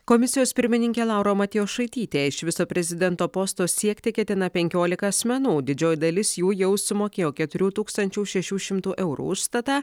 komisijos pirmininkė laura matjošaitytė iš viso prezidento posto siekti ketina penkiolika asmenų didžioji dalis jų jau sumokėjo keturių tūkstančių šešių šimtų eurų užstatą